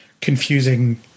confusing